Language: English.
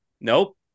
Nope